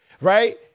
right